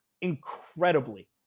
incredibly